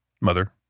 mother